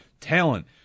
Talent